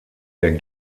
der